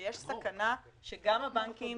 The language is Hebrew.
שיש סכנה שגם הבנקים